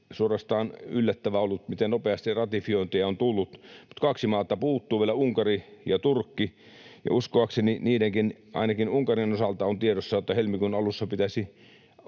suorastaan yllättävää ollut, miten nopeasti ratifiointeja on tullut. Mutta kaksi maata puuttuu vielä, Unkari ja Turkki, ja uskoakseni niidenkin... Ainakin Unkarin osalta on tiedossa, että helmikuun alussa pitäisi